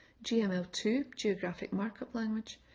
gml two geographic mark-up language,